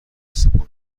سپرد